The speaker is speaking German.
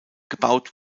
gebaut